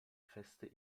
feste